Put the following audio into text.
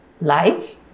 Life